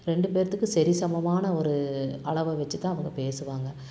ரெண்டு பேர்த்துக்கும் சரி சமமான ஒரு அளவை வெச்சுத்தான் அவங்க பேசுவாங்க